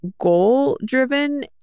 goal-driven